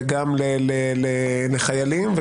לחיילים,